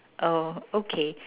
oh okay